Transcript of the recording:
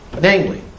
namely